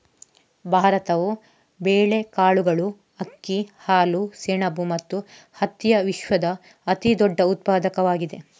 ಭಾರತವು ಬೇಳೆಕಾಳುಗಳು, ಅಕ್ಕಿ, ಹಾಲು, ಸೆಣಬು ಮತ್ತು ಹತ್ತಿಯ ವಿಶ್ವದ ಅತಿದೊಡ್ಡ ಉತ್ಪಾದಕವಾಗಿದೆ